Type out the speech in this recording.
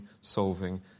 solving